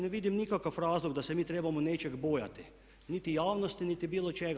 Ne vidim nikakav razlog da se mi trebamo nečeg bojati, niti javnosti niti bilo čega.